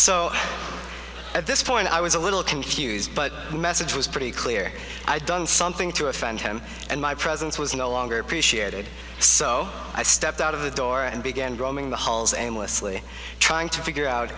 so at this point i was a little confused but the message was pretty clear i done something to offend him and my presence was no longer appreciated so i stepped out of the door and began roaming the halls aimlessly trying to figure out